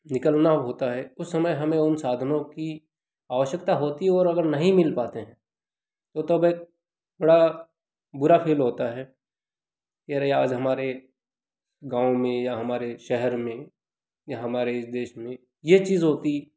निकलना होता है उस समय हमें उन साधनों की आवश्यकता होती है और अगर नहीं मिल पाते हैं तो तब एक बड़ा बुरा फ़ील होता है कि अरे आज हमारे गाँव में या हमारे शहर में या हमारे इस देश में यह चीज़ होती